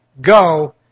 Go